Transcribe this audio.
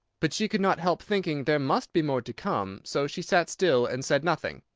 but she could not help thinking there must be more to come, so she sat still and said nothing.